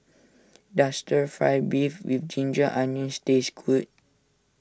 does Stir Fry Beef with Ginger Onions taste good